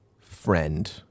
friend